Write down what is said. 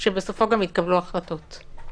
שבסופו גם יתקבלו החלטות.